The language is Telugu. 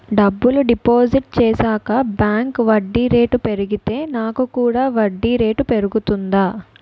డబ్బులు డిపాజిట్ చేశాక బ్యాంక్ వడ్డీ రేటు పెరిగితే నాకు కూడా వడ్డీ రేటు పెరుగుతుందా?